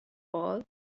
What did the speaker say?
all